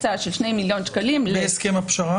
ולכן יש ממש הקצאה של 2 מיליון שקלים --- בהסכם הפשרה?